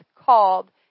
called